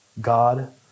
God